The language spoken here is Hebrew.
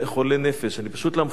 להמחשת העניין,